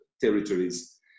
territories